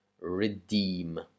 redeem